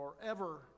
forever